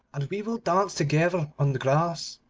and we will dance together on the grass